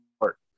work